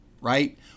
right